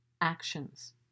actions